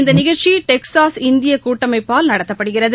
இந்த நிகழ்ச்சி டெக்சாஸ் இந்திய கூட்டமைப்பால் நடத்தப்படுகிறது